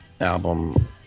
album